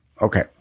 Okay